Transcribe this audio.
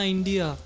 India